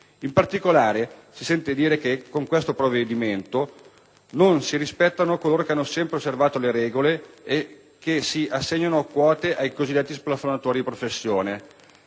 In particolare, si sente dire che con questo provvedimento non si rispettano coloro che hanno sempre osservato le regole e che si assegnano quote ai cosiddetti splafonatori di professione;